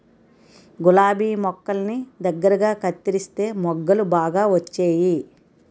గులాబి మొక్కల్ని దగ్గరగా కత్తెరిస్తే మొగ్గలు బాగా వచ్చేయి